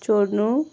चोर्नु